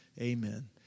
amen